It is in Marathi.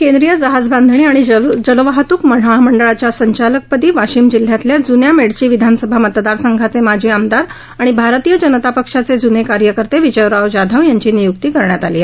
केंद्रीय जहाज बांधणी आणि जलवाहतूक महामंडळाच्या संचालकपदी वाशिम जिल्ह्यातल्या जुन्या मेडशी विधानसभा मतदार संघाचे माजी आमदार आणि भारतीय जनता पक्षाचे जुने कार्यकर्ते विजयराव जाधव यांची नियुक्ती करण्यात आली आहे